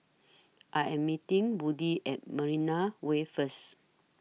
I Am meeting Woody At Marina Way First